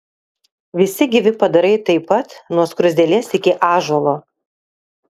visi gyvi padarai taip pat nuo skruzdėlės iki ąžuolo